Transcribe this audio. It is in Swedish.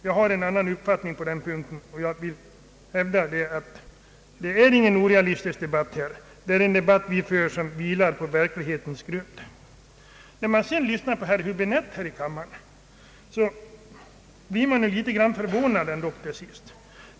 Jag har en annan uppfattning på denna punkt, och jag vill hävda att det här inte förs någon orealistisk debatt utan en debatt som vilar på verklighetens grund. När jag lyssnade till herr Häbinette här i kammaren blev jag litet förvånad.